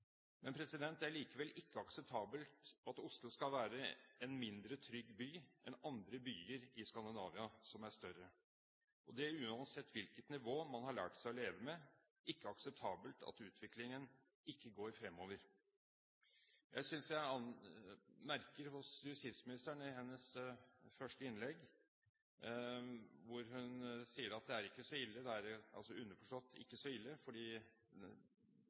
Det er likevel ikke akseptabelt at Oslo skal være en mindre trygg by enn andre byer i Skandinavia som er større. Uansett hvilket nivå man har lært seg å leve med, er det ikke akseptabelt at utviklingen ikke går fremover. Jeg merket meg i justisministerens første innlegg at hun sa at det ikke er så ille – altså underforstått – fordi tallene var omtrent de samme i 2001 som det de er